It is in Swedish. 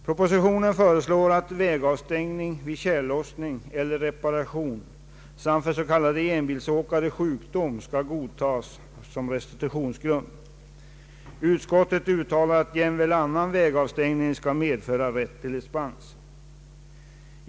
Propositionen föreslår att vägavstängning vid tjällossning eller reparation samt för s.k. enbilsåkare sjukdom skall godtas som restitutionsgrund. Utskottet uttalar att jämväl annan vägavstängning skall medföra rätt till dispens.